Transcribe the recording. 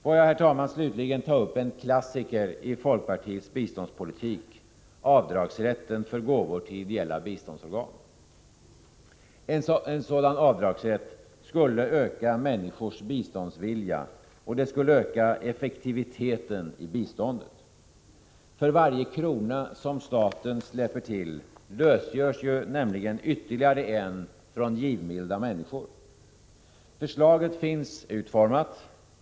Får jag, herr talman, slutligen ta upp en klassiker i folkpartiets biståndspolitik — avdragsrätten för gåvor till ideella biståndsorgan. En sådan avdragsrätt skulle öka människors biståndsvilja och även effektiviteten i biståndet. För varje krona som staten släpper till lösgörs nämligen ytterligare en från givmilda människor. Förslaget finns utformat.